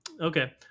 Okay